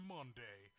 Monday